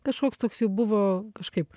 kažkoks toks jau buvo kažkaip